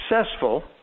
successful